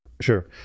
Sure